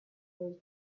those